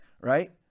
right